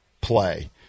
play